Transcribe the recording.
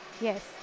Yes